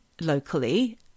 locally